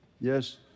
Yes